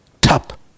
top